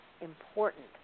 important